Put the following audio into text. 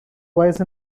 wise